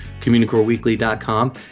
CommunicoreWeekly.com